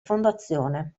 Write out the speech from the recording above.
fondazione